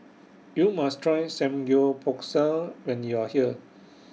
YOU must Try Samgeyopsal when YOU Are here